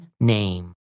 name